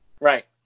Right